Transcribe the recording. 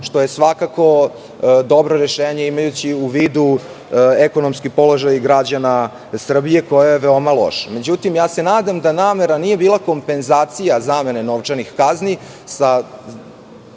što je svakako dobro rešenje, imajući u vidu ekonomski položaj građana Srbije, koji je veoma loš. Nadam se da namera nije bila kompenzacija zamene novčanih kazni sa